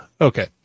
okay